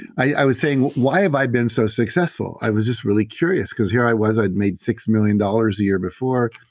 i was saying, why have i been so successful? i was just really curious because here i was, i'd made six million dollars a year before.